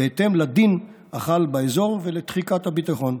בהתאם לדין החל באזור ולתחיקת הביטחון.